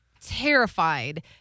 terrified